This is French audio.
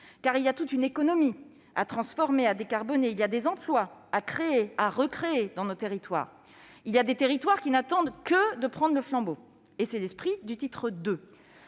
: il y a toute une économie à transformer, à décarboner ; il y a des emplois à créer ou à recréer dans nos territoires ; il y a des territoires qui n'attendent que de prendre le flambeau. C'est tout l'esprit du titre II